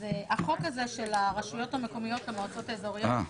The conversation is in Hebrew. החוק הזה של הרשויות המקומיות והמועצות האזוריות,